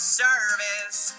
service